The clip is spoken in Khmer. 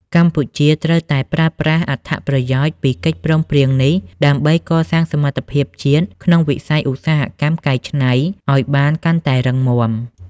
កម្ពុជាត្រូវតែប្រើប្រាស់អត្ថប្រយោជន៍ពីកិច្ចព្រមព្រៀងនេះ ដើម្បីកសាងសមត្ថភាពជាតិក្នុងវិស័យឧស្សាហកម្មកែច្នៃឱ្យបានកាន់តែរឹងមាំ។